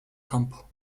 campo